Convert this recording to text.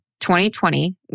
2020